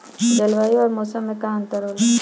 जलवायु और मौसम में का अंतर होला?